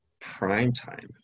Primetime